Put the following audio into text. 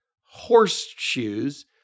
horseshoes